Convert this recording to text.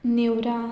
Neora